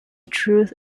truth